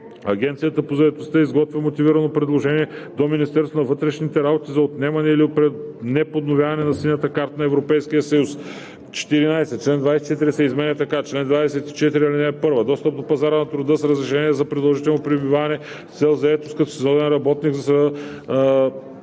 Агенцията по заетостта изготвя мотивирано предложение до Министерството на вътрешните работи за отнемане или неподновяване на Синята карта на Европейския съюз.“ 14. Член 24 се изменя така: „Чл. 24. (1) Достъп до пазара на труда с разрешение за продължително пребиваване с цел заетост като сезонен работник, за заетост